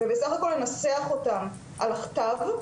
ובסך הכל לנסח אותן על הכתב.